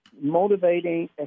motivating